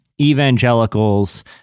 evangelicals